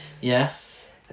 Yes